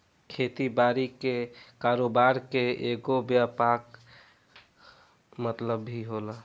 खेती बारी के कारोबार के एगो व्यापक मतलब भी होला